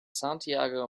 santiago